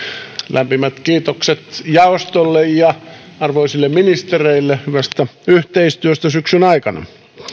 lämpimät kiitokset jaostolle ja arvoisille ministereille hyvästä yhteistyöstä syksyn aikana